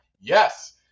yes